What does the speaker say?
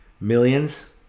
millions